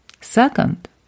Second